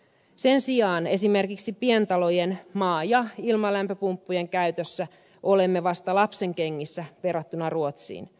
sen sijaan esimerkiksi pientalojen maa ja ilmalämpöpumppujen käytössä olemme vasta lapsenkengissä verrattuna ruotsiin